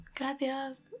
Gracias